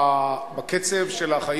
חבר הכנסת מוחמד ברכה,